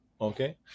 Okay